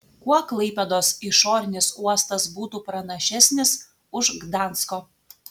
kuo klaipėdos išorinis uostas būtų pranašesnis už gdansko